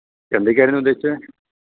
എന്തൊക്കെയായിരുന്നു ഉദ്ദേശിച്ചത്